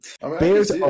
bears